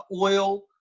oil